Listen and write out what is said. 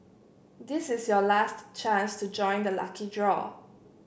this is your last chance to join the lucky draw